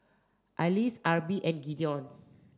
Alys Arbie and Gideon